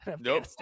Nope